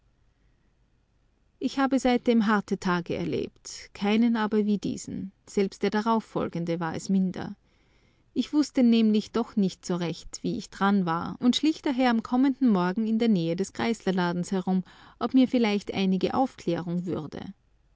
ich habe seitdem harte tage erlebt keinen aber wie diesen selbst der darauffolgende war es minder ich wußte nämlich doch nicht so recht wie ich daran war und schlich daher am kommenden morgen in der nähe des grieslerladens herum ob mir vielleicht einige aufklärung würde